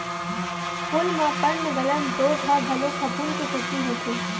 फूल म पर्नगलन रोग ह घलो फफूंद के सेती होथे